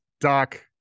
Doc